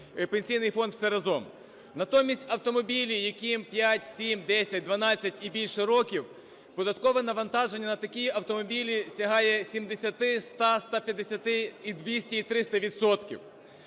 Пенсійний фонд – все разом. Натомість, автомобілі, яким 5, 7, 10, 12 і більше років податкове навантаження на такі автомобілі сягає 70, 100, 150 і 200, і 300 відсотків.